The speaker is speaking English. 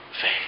Faith